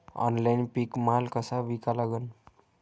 Online पीक माल कसा विका लागन?